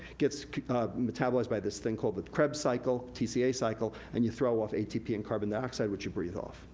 gets metabolized by this thing called the krebs cycle, tca cycle, and you throw off atp and carbon dioxide which you breath off.